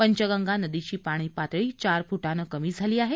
पंचगंगा नदीची पाणीपातळी चार फुटानं कमी झाली आहे